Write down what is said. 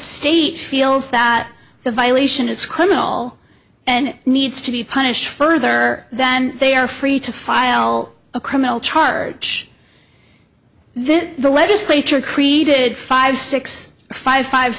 state feels that the violation is criminal and needs to be punished further than they are free to file a criminal charge then the legislature created five six five five